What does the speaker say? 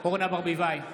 אורנה ברביבאי,